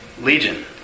Legion